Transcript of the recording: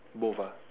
both